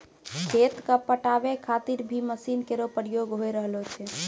खेत क पटावै खातिर भी मसीन केरो प्रयोग होय रहलो छै